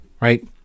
right